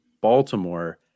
Baltimore